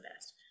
best